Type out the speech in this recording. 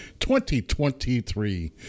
2023